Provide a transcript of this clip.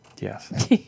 Yes